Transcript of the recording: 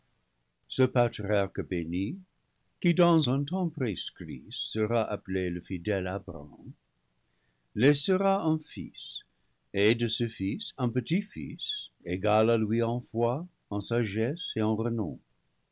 qui dans un temps prescrit sera appelé le fidèle abraham laissera un fils et de ce fils un petit-fils égal à lui en foi en sagesse et en renom